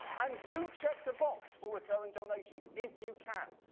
um do check the box for recurring donations if you can,